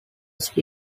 phd